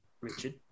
Richard